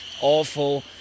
awful